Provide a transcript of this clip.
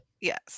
Yes